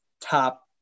top